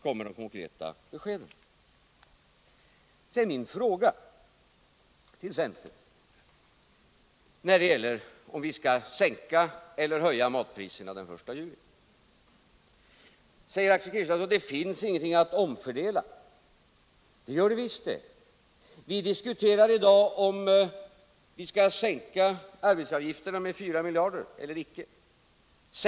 När det gäller min fråga till centern om vi skall sänka eller höja matpriserna den 1 juli säger Axel Kristiansson att det inte finns någonting att omfördela. Det gör det visst det! Vi diskuterar i dag om vi skall sänka arbetsgivaravgifterna med 4 miljarder eller om vi icke skall göra det.